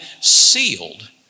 sealed